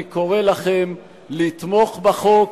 אני קורא לכם לתמוך בחוק,